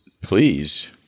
please